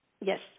Yes